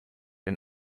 ein